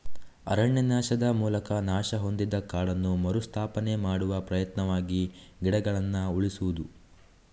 ಅರಣ್ಯನಾಶದ ಮೂಲಕ ನಾಶ ಹೊಂದಿದ ಕಾಡನ್ನು ಮರು ಸ್ಥಾಪನೆ ಮಾಡುವ ಪ್ರಯತ್ನವಾಗಿ ಗಿಡಗಳನ್ನ ಉಳಿಸುದು